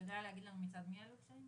אתה יודע להגיד לנו מצד עלה?